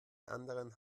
anderen